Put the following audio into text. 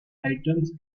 items